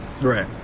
Right